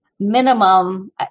minimum